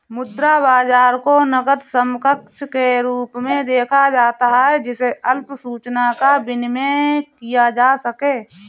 मुद्रा बाजार को नकद समकक्ष के रूप में देखा जाता है जिसे अल्प सूचना पर विनिमेय किया जा सके